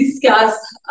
discuss